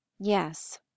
Yes